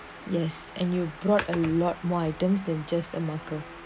yes and you brought a lot more items than just a